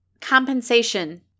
Compensation